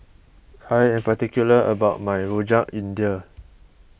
I am particular about my Rojak India